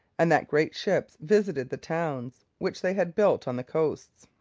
and that great ships visited the towns which they had built on the coasts.